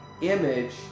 image